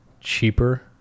cheaper